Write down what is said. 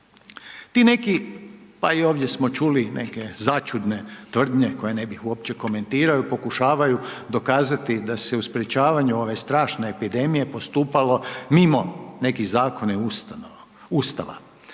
Ti neki, pa i ovdje smo čuli neke začudne tvrdnje, koje ne bih uopće komentirao, pokušavaju dokazati da se u sprječavanju ove strašne epidemije postupalo mimo nekih zakona i ustava.